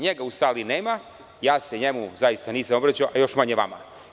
Njega u sali nema, ja se njemu zaista nisam obraćao, a još manje vama.